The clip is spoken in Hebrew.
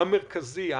מרכזי,